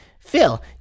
Phil